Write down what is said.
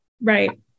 Right